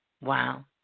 wow